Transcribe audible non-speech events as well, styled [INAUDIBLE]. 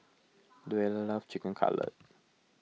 [NOISE] Louella loves Chicken Cutlet